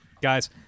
Guys